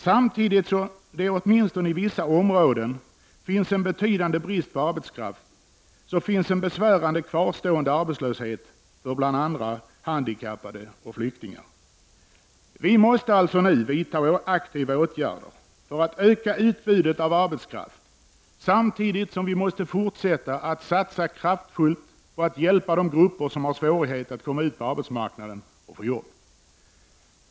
Samtidigt som det åtminstone på vissa områden finns en betydande brist på arbetskraft så finns en besvärande kvarstående arbetslöshet för bl.a. handikappade och flyktingar. Vi måste alltså nu vidta aktiva åtgärder för att öka utbudet av arbetskraft, samtidigt som vi måste fortsätta att satsa kraftfullt på att hjälpa de grupper som har svårigheter att komma ut på arbetsmarknaden.